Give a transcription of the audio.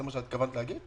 זה מה שאת התכוונת להגיד?